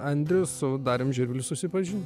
andrius su dariumi žvirbliu susipažino